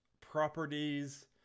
properties